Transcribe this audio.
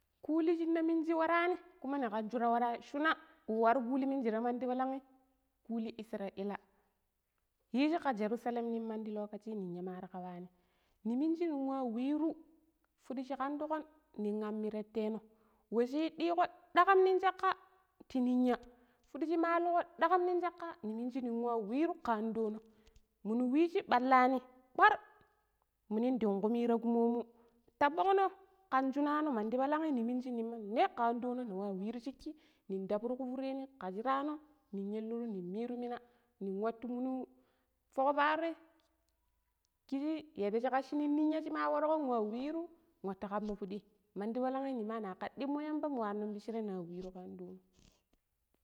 Kuuli shine miniji waarani kuma nikan shura. Shuna waaro kuuli minjire mandi palangi kuuli israila yiji ka jarusalem nin mandi lokaci ninya mari kawan niminji ning wa wiru fudi shi kandukon nin amirateno we shi yidiiko dakam nong shakka ti ninya fudi shi madulko dakam nong shakka miminji ning wa wiru ka andono minu wiji ballani ƙwar minun dang kumi ka kumomu ta bogno kan shunano mandi ɓalanee niminji ne ka ando no nin wa wirru sheeki mangi nin tabburu kufureni ka shirano ning illuru ning miru mina ning nwatu minu fok paaroi kiji yadda shikacci nong ninya shima warko waa wiru nwatu kabmi piɗi mandi palangi nima naaka ɗimo yamba mu har non pitchire na wirru ka ando no.